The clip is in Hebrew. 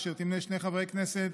אשר תמנה שני חברי כנסת,